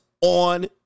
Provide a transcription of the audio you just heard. on